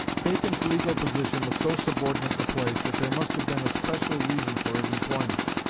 bacon's legal position was so subordinate a place that there must have been a special reason for his employment.